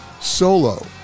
solo